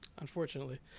Unfortunately